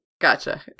Gotcha